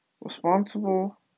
responsible